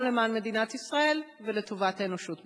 למען מדינת ישראל ולטובת האנושות בכלל.